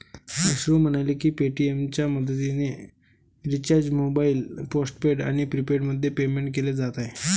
अश्रू म्हणाले की पेटीएमच्या मदतीने रिचार्ज मोबाईल पोस्टपेड आणि प्रीपेडमध्ये पेमेंट केले जात आहे